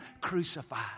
crucified